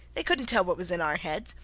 they couldnt tell what was in our heads.